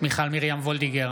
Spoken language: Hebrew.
מיכל מרים וולדיגר,